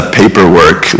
paperwork